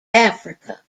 africa